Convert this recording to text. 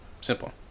Simple